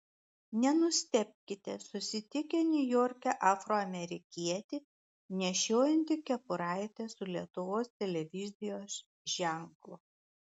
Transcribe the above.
nenustebkite susitikę niujorke afroamerikietį nešiojantį kepuraitę su lietuvos televizijos ženklu